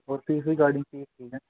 ਔਰ fees regarding